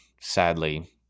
sadly